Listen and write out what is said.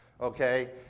Okay